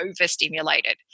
overstimulated